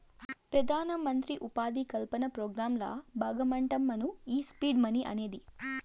పెదానమంత్రి ఉపాధి కల్పన పోగ్రాంల బాగమంటమ్మను ఈ సీడ్ మనీ అనేది